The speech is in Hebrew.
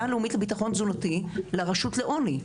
הלאומית לביטחון תזונתי לרשות לעוני,